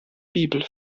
bibel